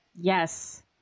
Yes